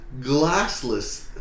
glassless